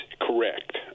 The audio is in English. correct